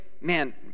man